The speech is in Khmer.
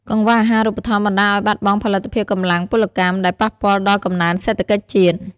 កង្វះអាហារូបត្ថម្ភបណ្តាលឱ្យបាត់បង់ផលិតភាពកម្លាំងពលកម្ម ដែលប៉ះពាល់ដល់កំណើនសេដ្ឋកិច្ចជាតិ។